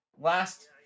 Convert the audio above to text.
last